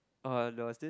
!wah! there was this